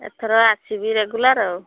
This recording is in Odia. ଏଥର ଆସିବି ରେଗୁଲାର୍ ଆଉ